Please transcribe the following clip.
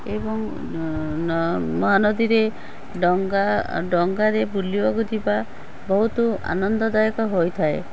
ଏବଂ ମହାନଦୀରେ ଡଙ୍ଗା ଡଙ୍ଗାରେ ବୁଲିବାକୁ ଯିବା ବହୁତ ଆନନ୍ଦଦାୟକ ହୋଇଥାଏ